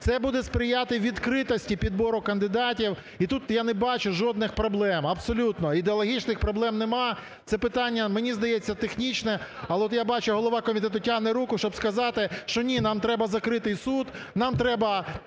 Це буде сприяти відкритості підбору кандидатів і тут я не бачу жодних проблем, абсолютно, ідеологічних проблем нема, це питання, мені здається, технічне. Але, от я бачу, голова комітету тягне руку, щоб сказати, що ні, нам треба закрити і суд, нам треба